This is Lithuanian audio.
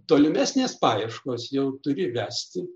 tolimesnės paieškos jau turi vesti